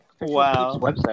Wow